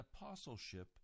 apostleship